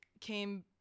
came